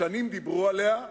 שנים דיברו עליה,